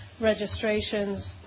registrations